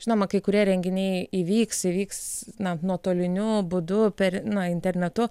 žinoma kai kurie renginiai įvyks įvyks na nuotoliniu būdu per na internetu